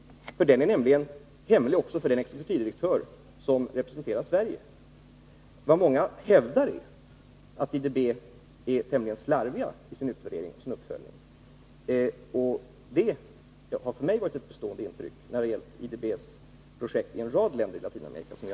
Den är nämligen hemlig också för den exekutivdirektör som representerar Sverige. Vad många hävdar är att IDB är tämligen slarvig i sin utvärdering och uppföljning. Det har för mig varit ett betående intryck när det gällt IDB:s projekt i Latinamerika.